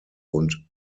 und